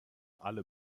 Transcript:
alle